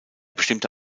bestimmte